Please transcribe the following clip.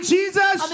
Jesus